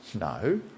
No